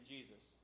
Jesus